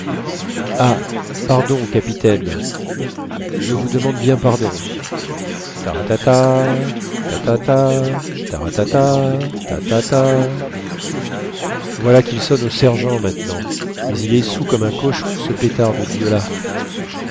pardon capitaine je vous demande bien pardon tarata tatata tarata tatata voilà quil sonne aux sergents maintenant mais il est saoul comme un cochon ce pétard de dieu là